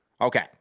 Okay